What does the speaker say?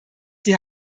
die